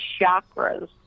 chakras